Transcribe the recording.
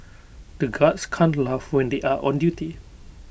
the guards can't laugh when they are on duty